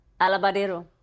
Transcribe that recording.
Alabadero